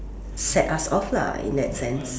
set us off lah in that sense